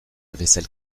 vaisselle